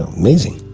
amazing.